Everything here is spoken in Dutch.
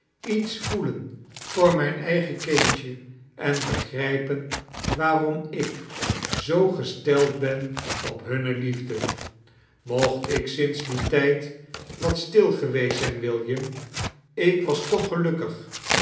iets voelen voor mijn eigen kindje en begrijpen waarom ik zoo gesteld ben op hunne lief de mocht ik sinds dien tijd wat stil geweest zijn william ik was toch gelukkig